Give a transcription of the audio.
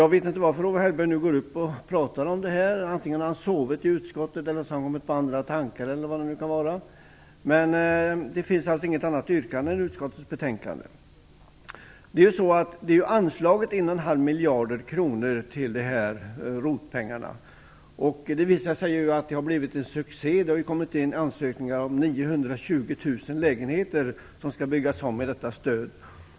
Jag vet inte varför Owe Hellberg nu har gått upp och hållit sitt anförande, om han har sovit i utskottet, kommit på andra tankar eller vad det nu kan vara. Det finns alltså inget annat yrkande än utskottets hemställan. Det har anslagits 1,5 miljard kronor i ROT pengar. Det har visat sig att detta har blivit en succé. Det har kommit in ansökningar om att 920 000 lägenheter skall få byggas om med detta stöd.